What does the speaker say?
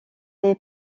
les